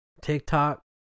TikTok